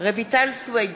רויטל סויד,